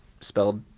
Spelled